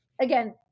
again